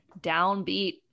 downbeat